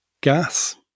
gas